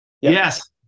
Yes